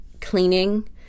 cleaning